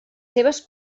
seves